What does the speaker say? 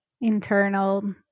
internal